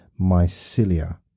mycelia